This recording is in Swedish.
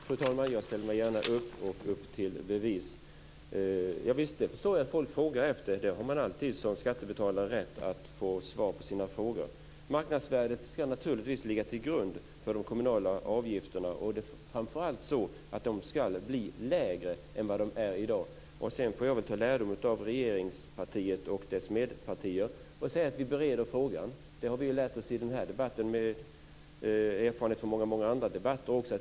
Fru talman! Jag går gärna upp till bevis. Jag förstår att folk frågar efter detta. Som skattebetalare har man alltid rätt att få svar på sina frågor. Marknadsvärdet ska naturligtvis ligga till grund för de kommunala avgifterna, och de ska framför allt bli lägre än vad de är i dag. Sedan får jag väl ta lärdom av regeringspartiet och stödpartierna och säga att vi bereder frågan. Det har vi lärt oss i den här debatten, och den erfarenheten har vi också från många andra debatter.